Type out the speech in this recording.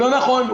לא נכון.